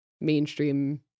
mainstream